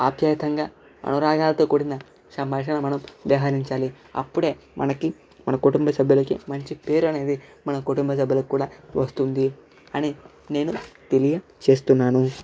ఆప్యాయతంగా అనురాగాలతో కూడిన సంభాషణ మనం వ్యవహరించాలి అప్పుడే మనకి మన కుటుంబ సభ్యులకి మంచి పేరు అనేది మన కుటుంబ సభ్యులకి కూడా వస్తుంది అని నేను తెలియచేస్తున్నాను